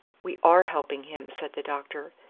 we are helping him, said the doctor.